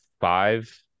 five